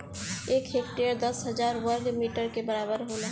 एक हेक्टेयर दस हजार वर्ग मीटर के बराबर होला